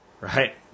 right